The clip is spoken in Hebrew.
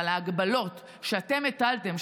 אבל ההגבלות שאתם הטלתם,